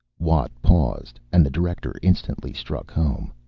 watt paused, and the director instantly struck home.